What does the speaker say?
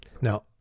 Now